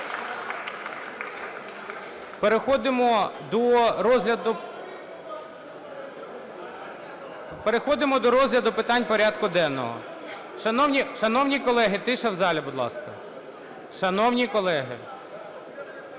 переходимо до розгляду питань порядку денного. (Шум у залі) Шановні колеги, тиша в залі, будь ласка.